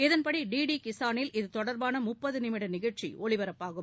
இதன்படி டிடி கிசானில் இது தொடர்பான முப்பது நிமிட நிகழ்ச்சி ஒளிபரப்பாகும்